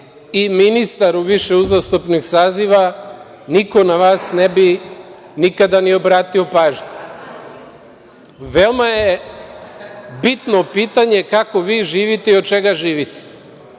i ministar u više uzastopnih saziva, niko na vas ne bi nikada ni obratio pažnju. Veoma je bitno pitanje kako vi živite i od čega živite?